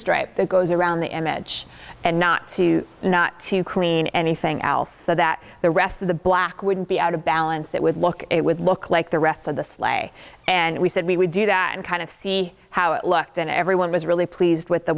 strap that goes around the image and not to not to careen anything else so that the rest of the black would be out of balance it would look it would look like the rest of the sleigh and we said we would do that kind of see how it looked and everyone was really pleased with the